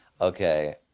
Okay